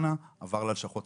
אבל מעניין אותי לשמוע את